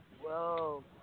whoa